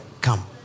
come